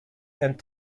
and